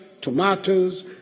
tomatoes